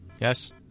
Yes